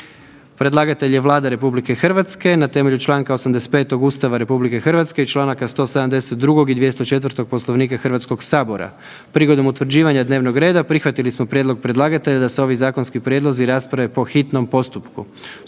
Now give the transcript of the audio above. Predlagatelj je Vlada RH na temelju čl. 85. Ustava RH i čl. 172. i 204. Poslovnika HS. Prigodom utvrđivanja dnevnog reda prihvatili smo prijedlog predlagatelja da se ovi zakonski prijedlozi rasprave po hitnom postupku.